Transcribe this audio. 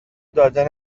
داده